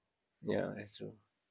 yeah that's true